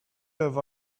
have